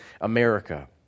America